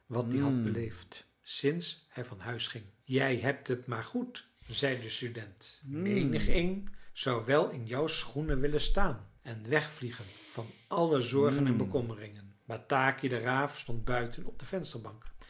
wat die had beleefd sinds hij van huis ging jij hebt het maar goed zei de student menigeen zou wel in jouw schoenen willen staan en wegvliegen van alle zorgen en bekommeringen bataki de raaf stond buiten op de vensterbank